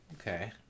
Okay